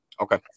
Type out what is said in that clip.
Okay